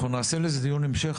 אנחנו נעשה לזה דיון המשך,